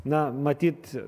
na matyt